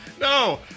No